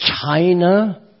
China